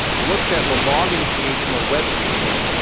looks at the log-in page from a web screen,